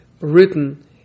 written